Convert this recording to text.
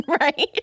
right